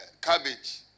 cabbage